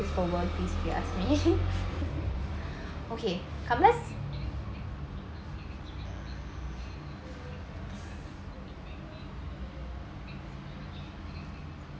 for world peace if you ask me okay come let's